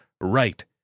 right